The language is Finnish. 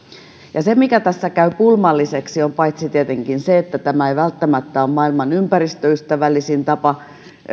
se mikä tässä käy pulmalliseksi on paitsi tietenkin se että tämä ei välttämättä ole maailman ympäristöystävällisin tapa